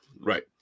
right